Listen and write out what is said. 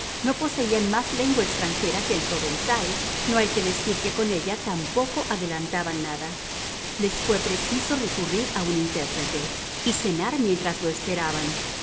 no poseían más lengua extranjera que el provenzal no hay que decir que con ella tampoco adelantaban nada les fue preciso recurrir a un intérprete y cenar mientras lo esperaban